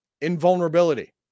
Invulnerability